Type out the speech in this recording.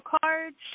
cards